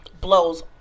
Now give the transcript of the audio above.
blows